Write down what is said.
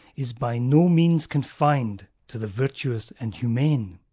is by no means confined to the virtuous and humane,